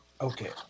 Okay